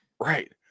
Right